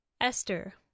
Esther